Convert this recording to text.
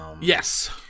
Yes